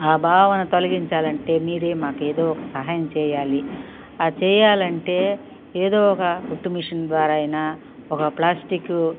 భావన తొలగించాలంటే మీరే మాకేదొ ఒక సహాయం చేయాలి చేయాలంటే ఏదో ఒక కుట్టుమిషన్ ద్వారా అయినా ఒక ప్లాస్టికు